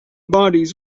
bodies